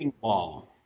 wall